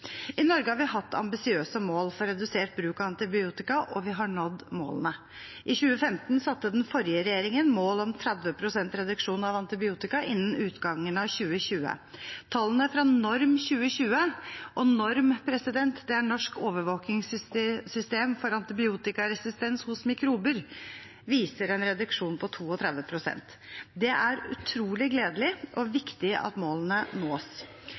I Norge har vi hatt ambisiøse mål for redusert bruk av antibiotika, og vi har nådd målene. I 2015 satte den forrige regjeringen mål om 30 pst. reduksjon av antibiotika innen utgangen av 2020. Tallene fra NORM 2020, Norsk overvåkingssystem for antibiotikaresistens hos mikrober, viser en reduksjon på 32 pst. Det er utrolig gledelig og viktig at målene nås.